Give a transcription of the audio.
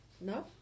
No